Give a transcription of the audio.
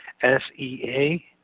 S-E-A